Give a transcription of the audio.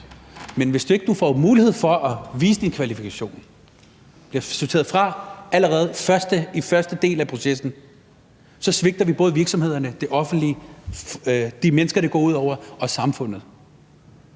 Men hvis ikke du får mulighed for at vise dine kvalifikationer, men bliver sorteret fra allerede i første del af processen, så svigter vi både virksomhederne, det offentlige, de mennesker, det går ud over, og samfundet.